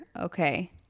okay